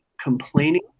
complaining